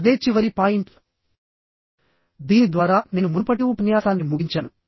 అదే చివరి పాయింట్ దీని ద్వారా నేను మునుపటి ఉపన్యాసాన్ని ముగించాను